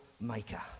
maker